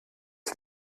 als